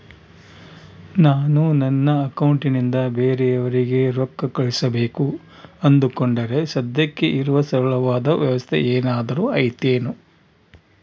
ನಾನು ನನ್ನ ಅಕೌಂಟನಿಂದ ಬೇರೆಯವರಿಗೆ ರೊಕ್ಕ ಕಳುಸಬೇಕು ಅಂದುಕೊಂಡರೆ ಸದ್ಯಕ್ಕೆ ಇರುವ ಸರಳವಾದ ವ್ಯವಸ್ಥೆ ಏನಾದರೂ ಐತೇನು?